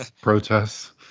Protests